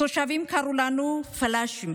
התושבים קראו לנו "פלאשים"